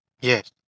yes